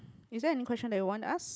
is there any question that you want to ask